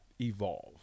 evolve